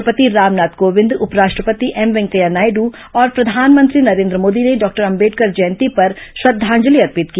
राष्ट्रपति रामनाथ कोविंद उपराष्ट्रपति एम वेंकैया नायड् और प्रधानमंत्री नरेन्द्र मोदी ने डॉक्टर अंबेडकर जयंती पर श्रद्धांजलि अर्पित की